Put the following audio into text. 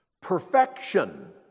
Perfection